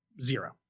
zero